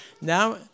Now